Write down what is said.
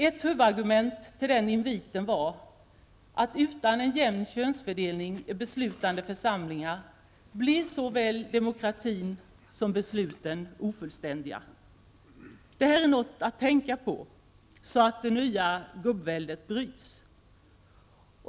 Ett huvudargument till denna invit var att utan en jämn könsfördelning i beslutande församlingar blir såväl demokratin som besluten ofullständiga. Det är något att tänka på, så att det nya gubbväldet bryts.